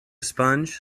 sponge